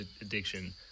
addiction